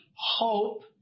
hope